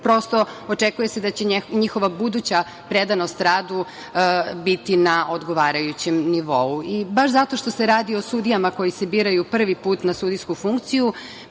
Prosto, očekuje se da će njihova buduća predanost radu biti na odgovarajućem nivou. Baš zato što se radi o sudijama koji se biraju prvi put na sudijsku funkciju